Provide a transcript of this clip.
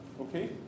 okay